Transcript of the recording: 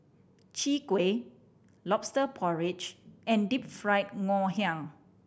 Chwee Kueh Lobster Porridge and Deep Fried Ngoh Hiang